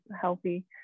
healthy